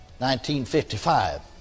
1955